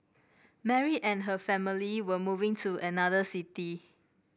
Mary and her family were moving to another city